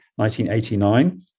1989